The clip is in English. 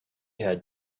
had